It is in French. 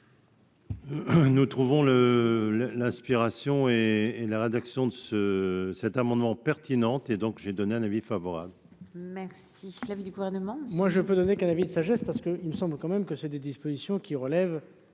Nous trouvons le le l'aspiration et la rédaction de ce cet amendement pertinente, et donc j'ai donné un avis favorable. Merci l'avis du gouvernement. Moi, je peux donner qu'un avis de sagesse parce que il me semble quand même que c'est des dispositions qui relèvent